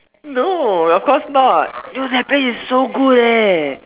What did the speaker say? no of course not it was that place is so good eh